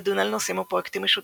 לדון על נושאים או פרויקטים משותפים,